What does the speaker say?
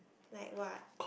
like what